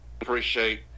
appreciate